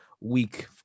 week